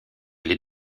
les